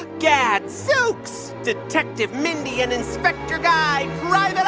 ah yeah so gadzooks. detective mindy and inspector guy, private